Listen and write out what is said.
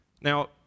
Now